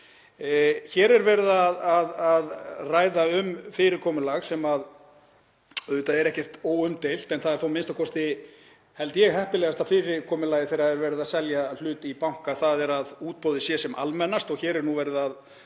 Hér er verið að ræða um fyrirkomulag sem er auðvitað ekkert óumdeilt, en það er þó a.m.k., held ég, heppilegasta fyrirkomulagið þegar verið er að selja hlut í banka, þ.e. að útboðið sé sem almennast, og hér er verið að